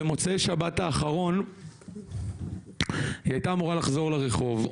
במוצאי שבת האחרון היא הייתה אמורה לחזור לרחוב.